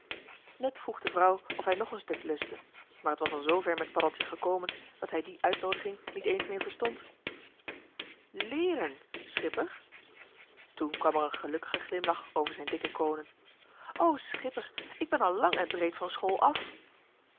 vroeg de vrouw of hij nog een stuk lustte maar t was al zoo ver met paddeltje gekomen dat hij die uitnoodiging niet eens meer verstond lééren schipper toen kwam er een gelukkige glimlach over zijn dikke koonen o schipper ik ben al lang en breed van school af